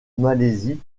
malaisie